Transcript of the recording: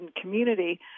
community